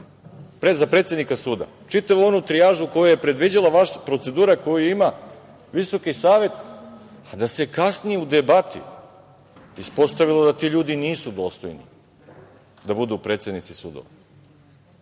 za predsednika suda, čitavu onu trijažu procedura koju ima Visoki savet, a da se kasnije u debati ispostavilo da ti ljudi nisu dostojni da budu predsednici sudova,